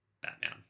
Batman